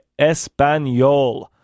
Español